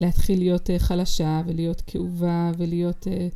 להתחיל להיות חלשה ולהיות כאובה ולהיות